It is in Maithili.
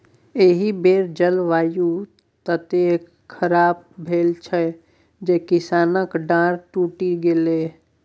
एहि बेर जलवायु ततेक खराप भेल छल जे किसानक डांर टुटि गेलै